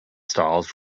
styles